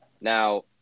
Now